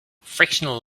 frictional